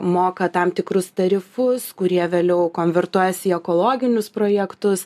moka tam tikrus tarifus kurie vėliau konvertuojasi į ekologinius projektus